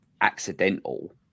accidental